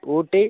Ooty